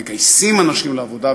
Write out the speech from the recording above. או מגייסים אנשים לעבודה,